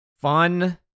fun